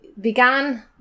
began